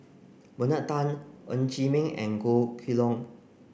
Bernard Tan Ng Chee Meng and Goh Kheng Long